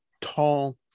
tall